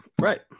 Right